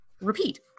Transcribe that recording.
repeat